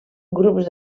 grups